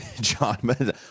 john